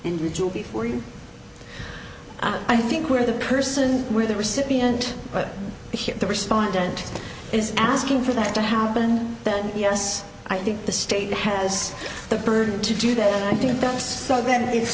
individual before you i think where the person with the recipient but the respondent is asking for that to happen then yes i think the state has the burden to do that i think that's so then it's